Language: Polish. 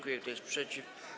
Kto jest przeciw?